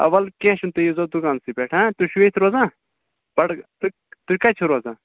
وَلہٕ کیٚنٛہہ چھُنہٕ تُہۍ ییٖزیو دُکانسٕے پٮ۪ٹھ ہہ تُہۍ چھُو ییٚتہِ روزان تُہۍ کَتہِ چھُو روزان